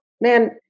man